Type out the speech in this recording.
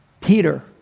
Peter